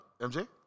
MJ